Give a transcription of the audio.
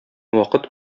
вакыт